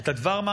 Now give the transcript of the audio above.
יש ראיות.